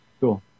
cool